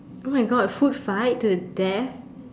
!oh-my-God! food fight to death